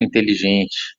inteligente